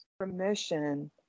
permission